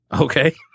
Okay